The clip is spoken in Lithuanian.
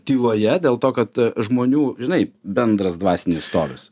tyloje dėl to kad žmonių žinai bendras dvasinis stovis